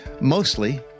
mostly